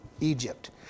Egypt